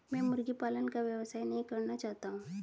मैं मुर्गी पालन का व्यवसाय नहीं करना चाहता हूँ